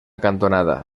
cantonada